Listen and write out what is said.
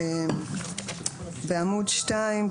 בעמוד 2,